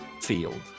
field